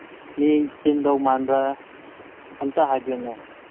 ꯃꯤ ꯆꯤꯟꯗꯧ ꯃꯥꯟꯕ꯭ꯔꯥ ꯑꯃꯨꯛꯇ ꯍꯥꯏꯕꯤꯎꯅꯦ